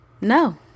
No